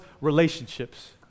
relationships